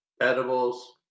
edibles